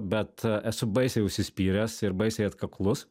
bet esu baisiai užsispyręs ir baisiai atkaklus